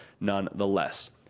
nonetheless